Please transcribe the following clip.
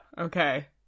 Okay